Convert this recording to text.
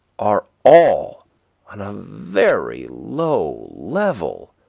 are all on a very low level,